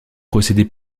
procédé